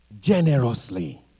Generously